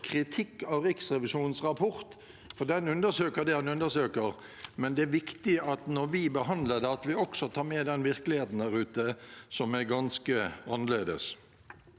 kritikk av Riksrevisjonens rapport, for den undersøker det den undersøker, men det er viktig at vi når vi behandler det, også tar med den virkeligheten der ute som er ganske annerledes.